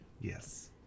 Yes